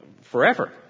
forever